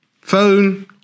phone